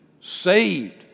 Saved